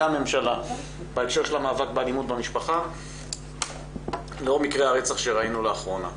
הממשלה בהקשר של המאבק באלימות במשפחה לאור מקרי הרצח שראינו לאחרונה.